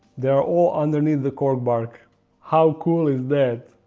they are all underneath the cork bark how cool is that